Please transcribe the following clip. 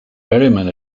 berryman